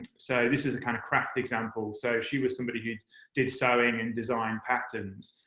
so this is a kind of craft example so she was somebody who did sewing and designed patterns.